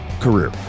career